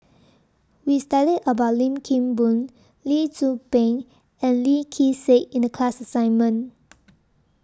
We studied about Lim Kim Boon Lee Tzu Pheng and Lee Kee Sek in The class assignment